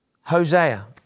Hosea